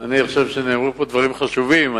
אני חושב שנאמרו פה דברים חשובים.